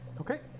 Okay